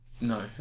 No